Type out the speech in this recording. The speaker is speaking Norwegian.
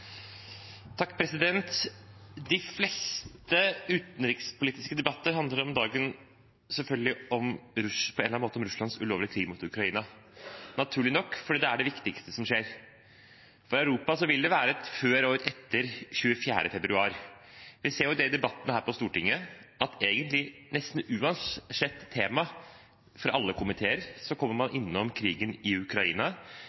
De fleste utenrikspolitiske debatter om dagen handler selvfølgelig på en eller annen måte om Russlands ulovlige krig mot Ukraina fordi det er det viktigste som skjer. I Europa vil det være et før og et etter 24. februar. Vi ser det i debattene her på Stortinget; nesten uansett tema fra alle komiteer kommer man